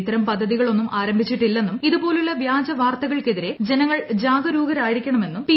ഇത്തരം പദ്ധതികളൊന്നും ആരംഭിച്ചിട്ടില്ലെന്നും ഇത് പോലുള്ള വ്യാജ വാർത്തകൾ ക്കെതിരെ ജനങ്ങൾ ജാഗരൂകരായിരി ക്കണമെന്നും പി